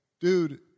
dude